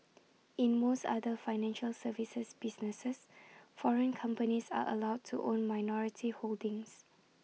in most other financial services businesses foreign companies are allowed to own minority holdings